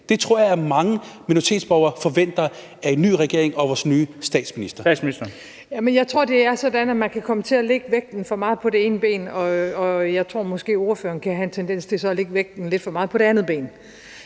Kl. 13:49 Statsministeren (Mette Frederiksen): Jeg tror, det er sådan, at man kan komme til at lægge vægten for meget på det ene ben, og jeg tror måske, ordføreren kan have en tendens til så at lægge vægten lidt for meget på det andet ben.